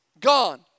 gone